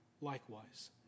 likewise